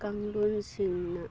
ꯀꯥꯡꯂꯣꯟꯁꯤꯡꯅ